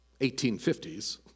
1850s